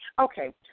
Okay